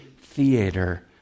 theater